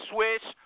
Swiss